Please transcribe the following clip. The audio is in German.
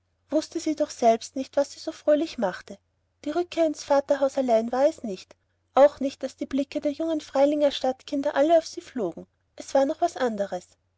wußte sie doch selbst nicht was sie so fröhlich machte die rückkehr ins vaterhaus allein war es nicht auch nicht daß die blicke der jungen freilinger stadtkinder alle auf sie flogen es war noch etwas anderes